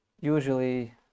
usually